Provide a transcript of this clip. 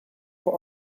for